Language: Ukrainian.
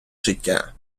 життя